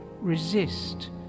resist